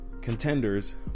contenders